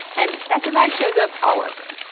and that divide shows up all over,